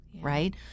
right